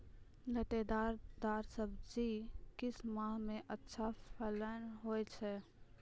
लतेदार दार सब्जी किस माह मे अच्छा फलन होय छै?